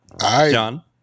John